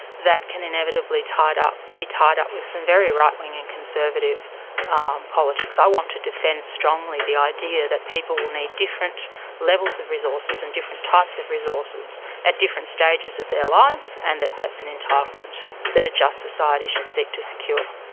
that can inevitably be tied up with some very rightwing and conservative um politics. i want to defend strongly the idea that people will need different levels of resources and different types of resources at different stages of their lives, and that that's an entitlement that a just society should seek to secure.